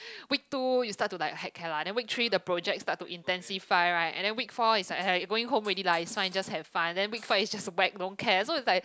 week two you start to like heck care lah then week three the project starts to intensify right and then week four is like going home already lah it's fine just have fun then week five is just like whack don't care so is like